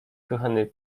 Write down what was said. kochany